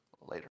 later